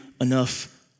enough